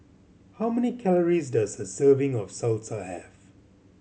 how many calories does a serving of Salsa have